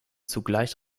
zugleich